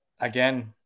again